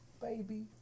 Baby